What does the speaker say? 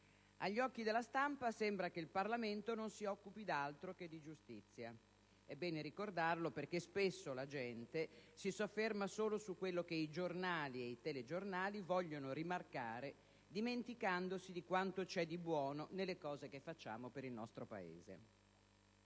Agli occhi della stampa sembra che il Parlamento non si occupi di altro che di giustizia. È bene ricordarlo perché spesso la gente si sofferma solo su quello che i giornali e i telegiornali vogliono rimarcare, dimenticandosi di quanto c'è di buono nelle cose che facciamo per il nostro Paese.